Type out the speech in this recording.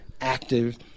active